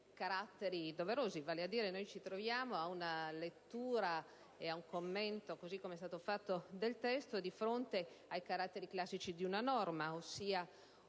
Grazie,